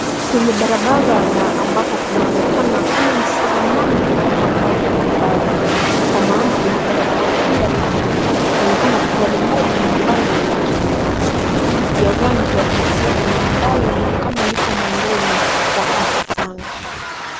Kwenye barabara na ambapo kunaonekana hakuna msongamano hata mmoja barabarani kwa maana kwenye barabara hii ya lami kunaonekana tu gari moja ambalo nilya kibinafsi ya rangi ya kifedha na ambalo linaonekana liko mwendoni wa kasi sana.